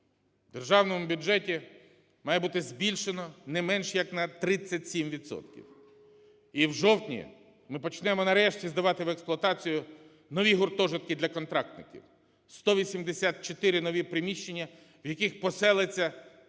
Державному бюджеті має бути збільшено не менш як на 37 відсотків. І в жовтні ми почнемо, нарешті, здавати в експлуатацію нові гуртожитки для контрактників – 184 нові приміщення, в яких поселиться приблизно